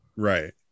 right